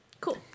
Cool